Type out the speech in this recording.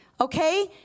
Okay